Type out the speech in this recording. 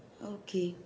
okay